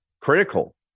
critical